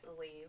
leave